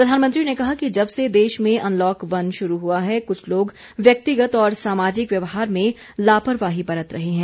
प्रधानमंत्री ने कहा कि जब से देश में अनलॉक वन शुरू हुआ है कुछ लोग व्यक्तिगत और सामाजिक व्यवहार में लापरवाही बरत रहे हैं